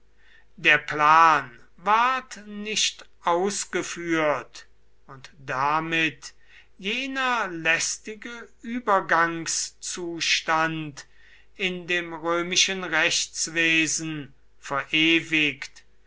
der plan ward nicht ausgeführt und damit jener lästige übergangszustand in dem römischen rechtswesen verewigt